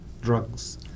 drugs